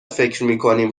فکرمیکنیم